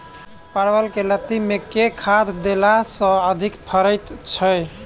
परवल केँ लाती मे केँ खाद्य देला सँ अधिक फरैत छै?